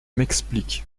m’explique